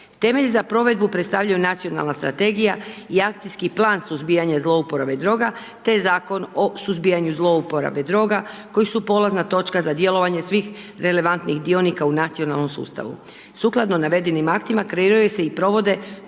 Temelj za provedbu predstavljaju Nacionalna strategija i akcijski plan suzbijanja zlouporabe droga te Zakon o suzbijanju zlouporabe droga koji su polazna točka svih relevantnih dionika u nacionalnom sustavu. Sukladno navedenim aktima kreiraju se i provode